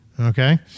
Okay